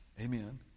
amen